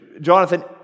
Jonathan